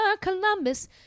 Columbus